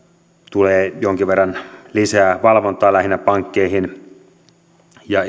tulee jonkin verran lisää valvontaa lähinnä pankkeihin ja